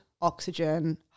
oxygen